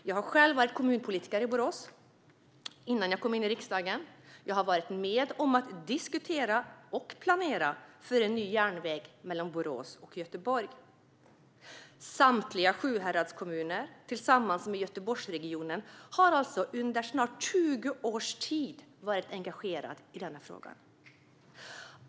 Jag har själv varit kommunpolitiker i Borås innan jag kom in i riksdagen. Jag har varit med om att diskutera och planera för en ny järnväg mellan Borås och Göteborg. Samtliga Sjuhäradskommuner tillsammans med Göteborgsregionen har under snart 20 års tid varit engagerade i denna fråga.